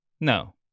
No